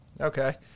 Okay